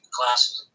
classes